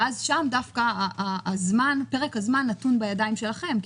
ואז שם דווקא פרק הזמן נתון בידיים שלכם,